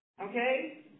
Okay